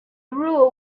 rule